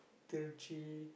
Tiruchi